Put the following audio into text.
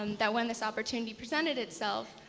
um that when this opportunity presented itself,